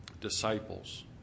disciples